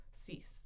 cease